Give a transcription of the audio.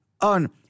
on